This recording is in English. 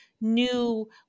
new